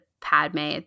Padme